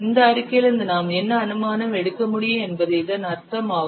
இந்த அறிக்கையிலிருந்து நாம் என்ன அனுமானம் எடுக்க முடியும் என்பது இதன் அர்த்தம் ஆகும்